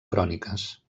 cròniques